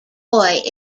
boy